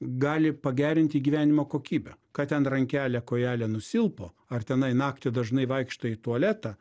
gali pagerinti gyvenimo kokybę kad ten rankelė kojelė nusilpo ar tenai naktį dažnai vaikštai į tualetą